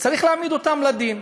צריך להעמיד אותם לדין.